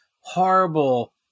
horrible